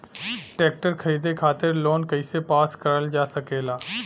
Tractor खरीदे खातीर loan कइसे पास करल जा सकेला?